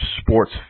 sports